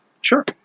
Sure